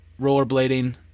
rollerblading